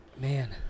man